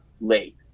late